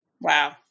Wow